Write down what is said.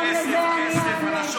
גם על זה אני אענה.